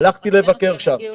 הלכתי לבקר שם.